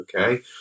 okay